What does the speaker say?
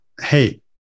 hey